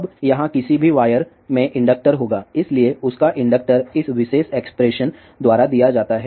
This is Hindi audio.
अब यहां किसी भी वायर में इंडक्टर होगा इसलिए उसका इंडक्टर इस विशेष एक्सप्रेशन द्वारा दिया जाता है